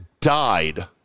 died